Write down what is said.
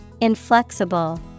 Inflexible